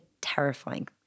terrifying